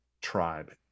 tribe